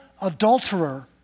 adulterer